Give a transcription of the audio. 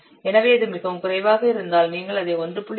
எனவே இது மிகவும் குறைவாக இருந்தால் நீங்கள் அதை 1